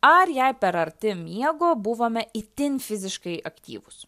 ar jei per arti miego buvome itin fiziškai aktyvūs